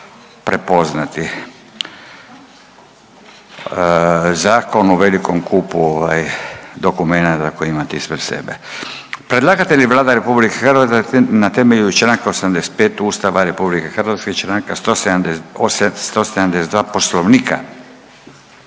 prepoznati zakon u velikom kupu dokumenta koje imate ispred sebe. Predlagatelj je Vlada Republike Hrvatske na temelju članka 85. Ustava Republike Hrvatske i članka 172. Poslovnika